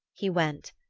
he went,